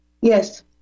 Yes